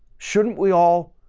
shouldn't we all